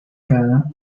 cada